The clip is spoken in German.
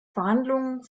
verhandlungen